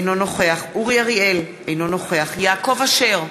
אינו נוכח אורי אריאל, אינו נוכח יעקב אשר,